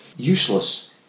Useless